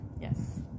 Yes